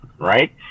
right